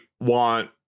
want